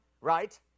right